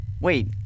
Wait